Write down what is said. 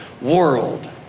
world